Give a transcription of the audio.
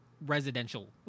residential